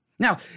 Now